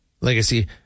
Legacy